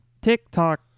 TikTok